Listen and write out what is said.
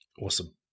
Awesome